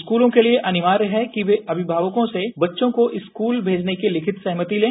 स्कूलों के लिए अनिवार्य है कि ये अभिभावकों से बच्चों को स्कूल भेजने की लिखित सहमति लें